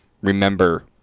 remember